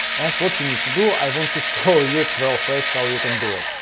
and what you need to do, i want to show you twelve ways how you can do it.